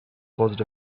caused